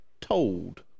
told